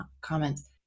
comments